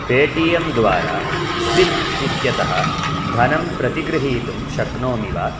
Paytm द्वारा SIP इत्यतः धनं प्रतिगृहीतुं शक्नोमि वा